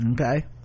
okay